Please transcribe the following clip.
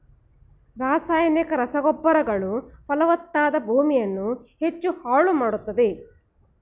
ರಾಸಾಯನಿಕ ರಸಗೊಬ್ಬರಗಳು ಫಲವತ್ತಾದ ಭೂಮಿಯನ್ನು ಹೆಚ್ಚು ಹಾಳು ಮಾಡತ್ತದೆ